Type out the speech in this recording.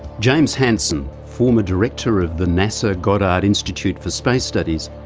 james hansen, former director of the nasa goddard institute for space studies,